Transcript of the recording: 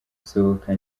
sohoka